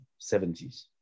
70s